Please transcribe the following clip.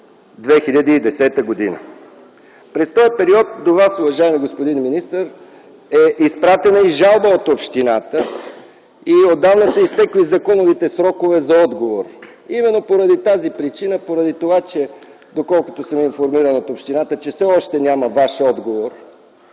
2010 г. През този период до Вас, уважаеми господин министър, е изпратена жалба от общината. Отдавна са изтекли законовите срокове за отговор. Именно поради тази причина, поради това, доколкото съм информиран от общината, че все още няма Ваш отговор,